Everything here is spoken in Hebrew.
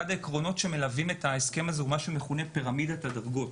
אחד העקרונות שמלווים את ההסכם הזה הוא מה שמכונה פירמידת הדרגות.